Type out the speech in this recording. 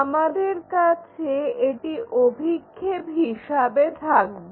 আমাদের কাছে এটি অভিক্ষেপ হিসাবে থাকবে